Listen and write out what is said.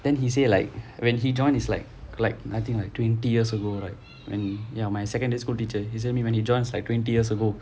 then he say like when he joined it's like like I think like twenty years ago right mm ya my secondary school teacher he said when he joined it was like twenty years ago